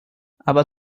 aber